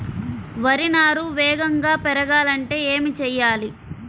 వరి నారు వేగంగా పెరగాలంటే ఏమి చెయ్యాలి?